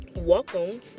Welcome